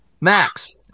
Max